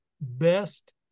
best